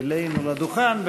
אלינו לדוכן.